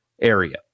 area